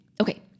Okay